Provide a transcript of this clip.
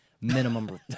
minimum